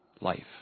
life